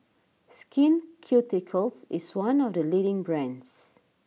Skin Ceuticals is one of the leading brands